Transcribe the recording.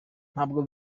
ntabwo